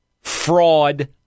fraud